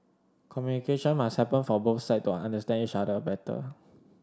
communication must happen for both side to understand each other better